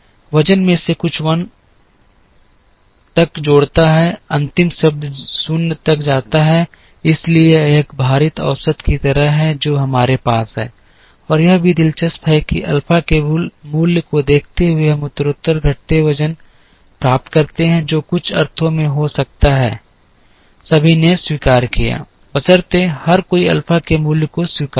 वजन में से कुछ 1 तक जोड़ता है अंतिम शब्द 0 तक जाता है इसलिए यह एक भारित औसत की तरह है जो हमारे पास है और यह भी दिलचस्प है कि अल्फा के मूल्य को देखते हुए हम उत्तरोत्तर घटते वजन प्राप्त करते हैं जो कुछ अर्थों में हो सकता है सभी ने स्वीकार किया बशर्ते हर कोई अल्फा के मूल्य को स्वीकार करे